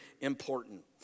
important